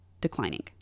declining